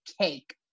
cake